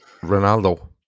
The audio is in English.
Ronaldo